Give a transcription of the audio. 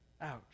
Ouch